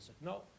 No